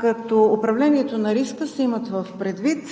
под управлението на риска се има предвид